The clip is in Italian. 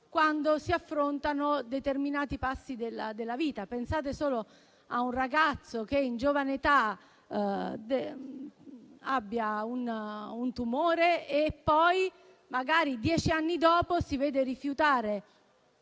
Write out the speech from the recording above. quando si affrontano determinati passi della vita. Pensate solo a un ragazzo che in giovane età abbia un tumore e poi, magari dieci anni dopo, si vede rifiutare